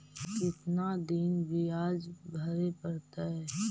कितना दिन बियाज भरे परतैय?